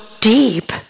deep